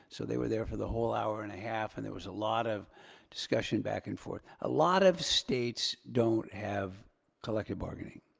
so they were there for the whole hour and a half. and there was a lot discussion back and forth. a lot of states don't have collective bargaining.